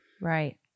Right